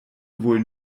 wohl